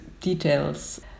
details